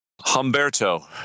Humberto